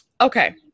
okay